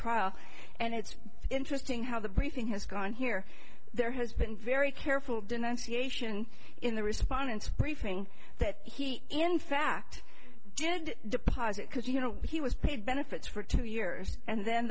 trial and it's interesting how the briefing has gone here there has been very careful denunciation in the respondents briefing that he in fact did deposit because you know he was paid benefits for two years and then